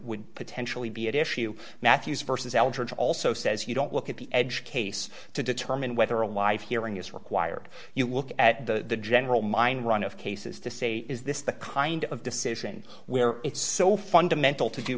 would potentially be an issue matthews versus alger it also says you don't look at the edge case to determine whether a life hearing is required you look at the general mind run of cases to say is this the kind of decision where it's so fundamental to d